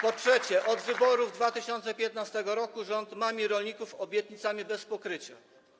Po trzecie, od wyborów w 2015 r. rząd mami rolników obietnicami bez pokrycia.